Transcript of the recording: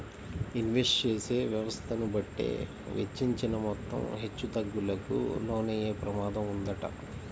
invest చేసే వ్యవస్థను బట్టే వెచ్చించిన మొత్తం హెచ్చుతగ్గులకు లోనయ్యే ప్రమాదం వుంటది